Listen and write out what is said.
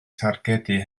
targedu